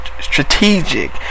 strategic